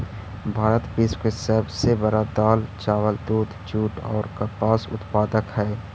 भारत विश्व के सब से बड़ा दाल, चावल, दूध, जुट और कपास उत्पादक हई